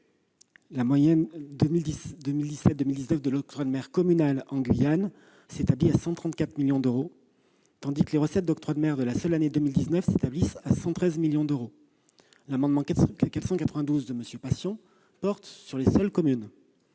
la moyenne 2017-2019 de l'octroi de mer communal en Guyane s'établit à 134 millions d'euros, tandis que les recettes d'octroi de mer de la seule année 2019 s'établissent à 113 millions d'euros. Et la DGG ! L'amendement n° 492 rectifié vise les seules communes.